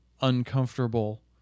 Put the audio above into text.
uncomfortable